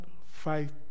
fight